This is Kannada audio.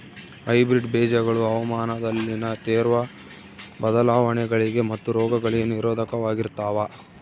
ಹೈಬ್ರಿಡ್ ಬೇಜಗಳು ಹವಾಮಾನದಲ್ಲಿನ ತೇವ್ರ ಬದಲಾವಣೆಗಳಿಗೆ ಮತ್ತು ರೋಗಗಳಿಗೆ ನಿರೋಧಕವಾಗಿರ್ತವ